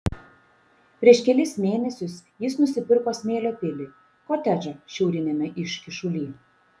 prieš kelis mėnesius jis nusipirko smėlio pilį kotedžą šiauriniame iškyšuly